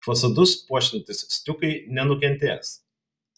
fasadus puošiantys stiukai nenukentės